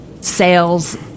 sales